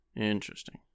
Interesting